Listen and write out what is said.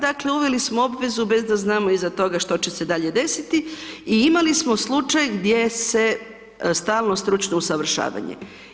Dakle, uveli smo obvezu bez da znamo iza toga što će se dalje desiti i imali smo slučaj gdje se stalno stručno usavršavanje.